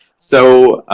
so,